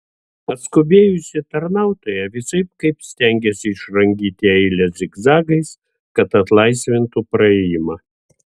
atskubėjusi tarnautoja visaip kaip stengėsi išrangyti eilę zigzagais kad atlaisvintų praėjimą